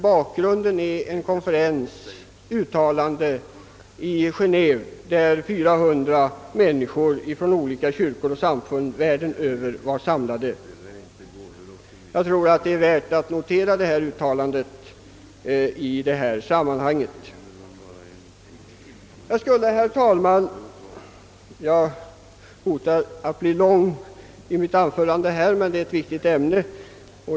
Bakgrunden är ett konferensuttalande i Geneve, där 400 människor från olika kyrkor och samfund världen över var samlade. Jag tror att det är av värde att notera detta uttalande. Mitt anförande tycks bli långt, men det är ett viktigt ämne.